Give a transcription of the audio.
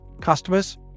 customers